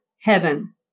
heaven